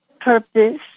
purpose